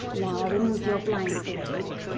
now, i'll remove your blindfold for you.